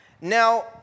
Now